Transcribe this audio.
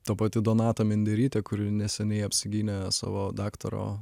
ta pati donata minderytė kuri neseniai apsigynė savo daktaro